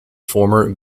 former